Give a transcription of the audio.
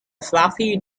fluffy